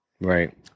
right